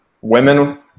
women